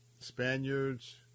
Spaniards